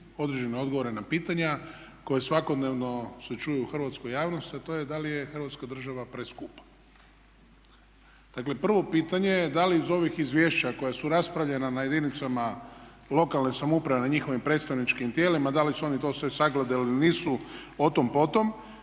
određene odgovore na pitanja koji svakodnevno se čuju u hrvatskoj javnosti a to je da li je Hrvatska država preskupa. Dakle prvo pitanje je da li iz ovih izvješća koja su raspravljena na jedinicama lokalne samouprave na njihovim predstavničkim tijelima da li su oni to sve sagledali ili nisu o tom potom.